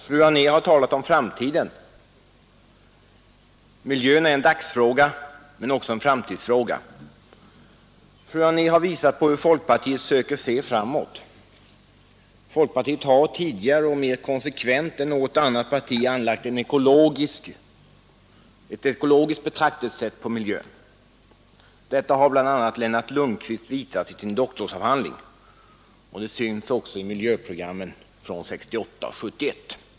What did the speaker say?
Herr talman! Fru Anér har talat om framtiden. Miljön är en dagsfråga men också en framtidsfråga. Fru Anér har visat på hur folkpartiet er se framåt. Folkpartiet har tidigare och mer konsekvent än något annat parti anlagt ett ekologiskt betraktelsesätt på miljön. Detta har bl.a. Lennart Lundkvist visat i sin doktorsavhandling, och det syns också i våra miljöprogram från 1968 och 1971.